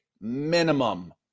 minimum